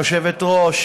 (תיקון, מרשם סרבנים אינטרנטי),